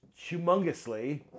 humongously